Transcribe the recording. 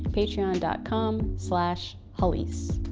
patreon and com hallease.